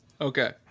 Okay